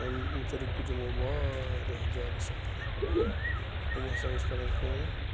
أمۍ مُتعلق تُج یِمَو واریاہ زیادٕ سختی یِم ہَسا ٲسۍ کَران کٲم